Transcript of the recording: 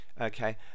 Okay